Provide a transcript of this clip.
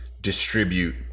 distribute